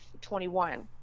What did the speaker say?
21